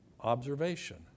Observation